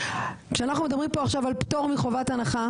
כשאנחנו מדברים פה עכשיו על פטור מחובת הנחה,